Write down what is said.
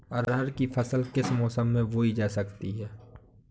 अरहर की फसल किस किस मौसम में बोई जा सकती है?